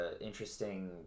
interesting